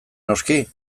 noski